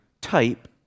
type